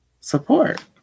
support